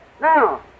Now